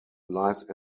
lies